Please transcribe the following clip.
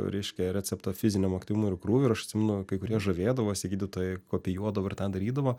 reiškia receptą fiziniam aktyvumui ir krūviui ir aš atsimenu kai kurie žavėdavosi gydytojai kopijuodavo ir ten darydavo